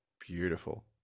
Beautiful